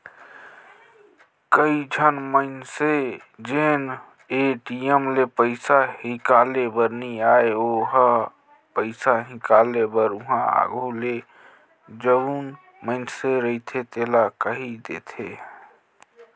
कइझन मनखे जेन ल ए.टी.एम ले पइसा हिंकाले बर नी आय ओ ह पइसा हिंकाले बर उहां आघु ले जउन मइनसे रहथे तेला कहि देथे